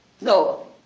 No